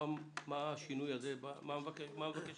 מה השינוי הזה, מה מבקש